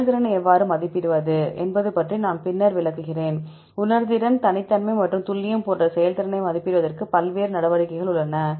செயல்திறனை எவ்வாறு மதிப்பிடுவது என்பது பற்றி நான் பின்னர் விளக்குகிறேன் உணர்திறன் தனித்தன்மை மற்றும் துல்லியம் போன்ற செயல்திறனை மதிப்பிடுவதற்கு பல்வேறு நடவடிக்கைகள் உள்ளன